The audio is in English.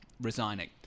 resigning